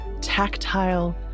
tactile